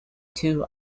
two